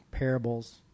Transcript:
parables